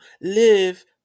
live